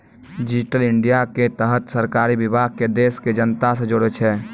digital India के तहत सरकारी विभाग के देश के जनता से जोड़ै छै